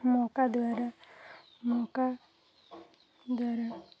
ମୌକା ଦ୍ୱାରା ମକା ଦ୍ୱାରା